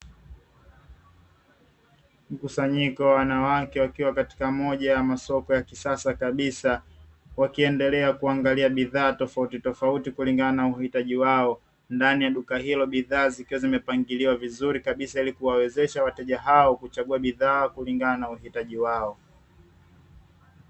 Mkusanyiko wa wanawake wakiwa katika moja ya masoko ya kisasa kabisa wakiemdeleankuangalia bidhaa tofauti tofauti kulingana na uhitaji wao ndaninya duka hilo bidhaa zikiwa zimepangiliwa vizuri kabisa ili kuweza kuwawezesha wateja hao kuchagua bidhaa kulingana na uhitaji wao.